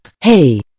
hey